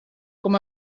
com